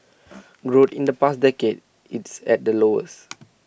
growth in the past decade its at the lowest